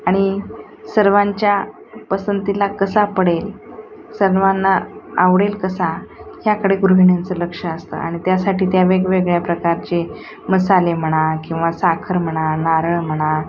आणि सर्वांच्या पसंतीला कसा पडेल सर्वांना आवडेल कसा ह्याकडे गृहिणींचं लक्ष असतं आणि त्यासाठी त्या वेगवेगळ्या प्रकारचे मसाले म्हणा किंवा साखर म्हणा नारळ म्हणा